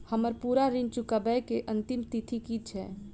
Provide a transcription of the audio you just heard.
हम्मर पूरा ऋण चुकाबै केँ अंतिम तिथि की छै?